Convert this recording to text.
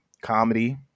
Comedy